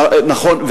נכון.